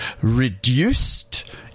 Reduced